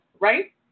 right